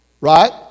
Right